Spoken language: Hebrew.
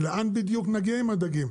לאן בדיוק נגיע עם הדגים?